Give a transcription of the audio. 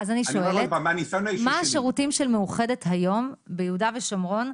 אז אני שואלת מה השירותים של מאוחדת היום ביהודה ושומרון,